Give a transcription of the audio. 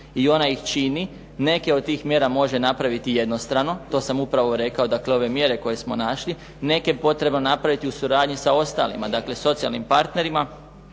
i ona ih čini. Neke od tih mjera može napraviti jednostrano. To sam upravo rekao. Dakle, ove mjere koje smo našli. Neke je potrebno napraviti u suradnji sa ostalima, dakle socijalnim partnerima.